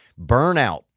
Burnout